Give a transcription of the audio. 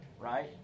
right